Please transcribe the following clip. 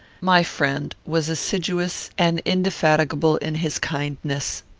my friend was assiduous and indefatigable in his kindness.